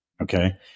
Okay